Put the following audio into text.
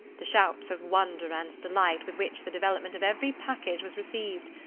the shouts of wonder and delight with which the development of every package was received!